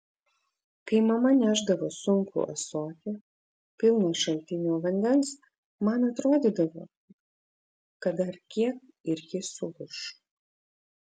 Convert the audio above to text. kai mama nešdavo sunkų ąsotį pilną šaltinio vandens man atrodydavo kad dar kiek ir ji sulūš